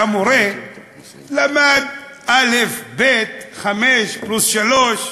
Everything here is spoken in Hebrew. והמורה למד אל"ף-בי"ת, חמש פלוס שלוש,